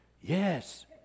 Yes